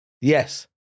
Yes